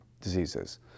diseases